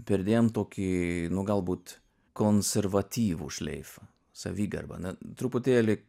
perdėm tokį galbūt konservatyvų šleifą savigarba na truputėlį